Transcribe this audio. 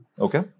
Okay